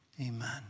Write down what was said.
Amen